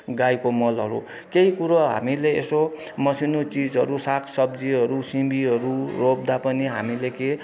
गाईको मलहरू केही कुरो हामीले यसो मसिनो चिजहरू सागसब्जीहरू सिमीहरू रोप्दा पनि हामीले के